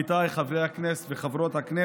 אכן, חברתי חברת הכנסת